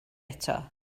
eto